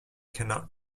cannot